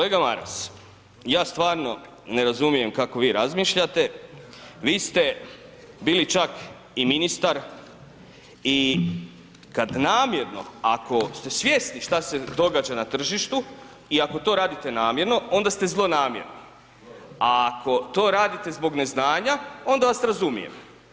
Kolega Maras, ja stvarno ne razumijem kako vi razmišljate, vi ste bili čak i ministar i kad namjerno, ako ste svjesni šta se događa na tržištu i ako to radite namjerno, onda ste zlonamjerni a ako to radite zbog neznanja, onda vas razumijem.